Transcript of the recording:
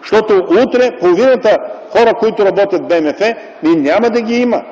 Защото утре половината хора, които работят в БМФ, няма да ги има.